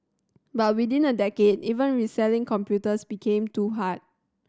but within a decade even reselling computers became too hard